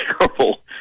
terrible